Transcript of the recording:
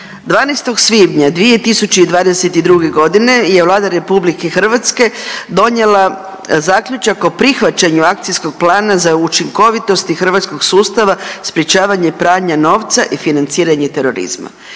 12. svibnja 2022. godine je Vlada republike Hrvatske donijela zaključak o prihvaćanju akcijskog plana za učinkovitosti hrvatskog sustava sprječavanje pranja novca i financiranje terorizma.